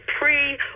pre